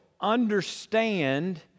understand